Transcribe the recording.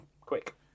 quick